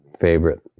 favorite